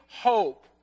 hope